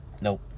Nope